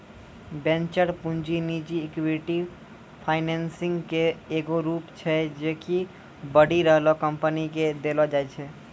venture पूंजी निजी equity financing के एगो रूप छै जे कि बढ़ि रहलो कंपनी के देलो जाय छै